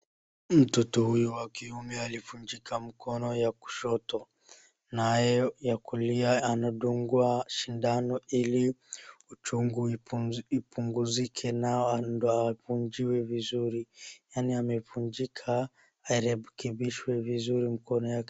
Mtoto huyu wa kiume alivunjika mkono wa kushoto nayo ya kulia anadungwa sindano hili uchungu ipunguzike ndo atibiwe vizuri. Yaani amevunjika arekebishwe vizuri mkono wake.